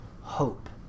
hope